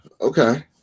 Okay